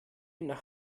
nach